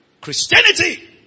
Christianity